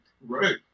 Right